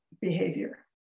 behavior